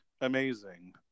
amazing